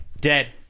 dead